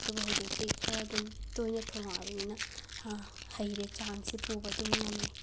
ꯑꯗꯨꯕꯨ ꯍꯧꯖꯤꯛꯇꯤ ꯈꯔ ꯑꯗꯨꯝ ꯇꯣꯏꯅ ꯊꯣꯡꯉꯛꯑꯕꯅꯤꯅ ꯍꯩꯔꯦ ꯆꯥꯡꯁꯦ ꯄꯨꯕ ꯑꯗꯨꯝ ꯉꯝꯃꯦ